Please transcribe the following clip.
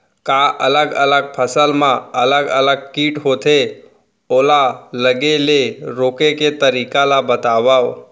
का अलग अलग फसल मा अलग अलग किट होथे, ओला लगे ले रोके के तरीका ला बतावव?